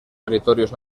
territorios